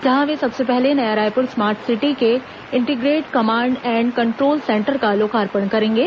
जहां वे सबसे पहले नया रायपुर स्मार्ट सिटी के integrated command and control centre का लोकार्पण करेंगे